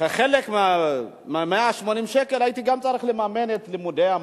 כחלק מ-180 השקל הייתי צריך גם לממן את הלימודים,